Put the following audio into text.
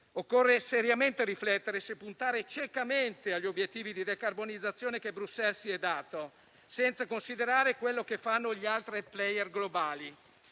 occorre seriamente riflettere se puntare ciecamente agli obiettivi di decarbonizzazione che Bruxelles si è data, senza considerare quello che fanno gli altri *player* globali.